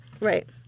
right